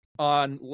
On